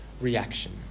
reaction